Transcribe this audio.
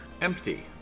empty